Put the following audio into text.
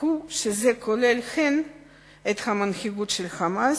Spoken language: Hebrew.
הוא שזה כולל הן את המנהיגות של "חמאס"